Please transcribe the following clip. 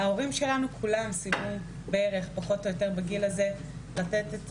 האימהות של כולנו סיימו פחות או יותר בערך לתת את